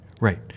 right